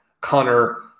Connor